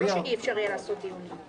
זה לא שאי אפשר יהיה לקיים דיונים.